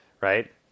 right